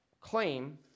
claim